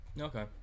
Okay